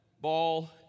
ball